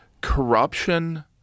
corruption